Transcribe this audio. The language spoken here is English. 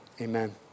amen